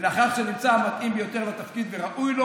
ולאחר שנמצא המתאים ביותר לתפקיד וראוי לו,